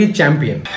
champion